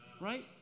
Right